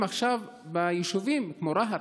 עכשיו ביישובים כמו רהט,